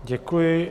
Děkuji.